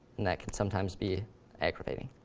and that can sometimes be aggravating.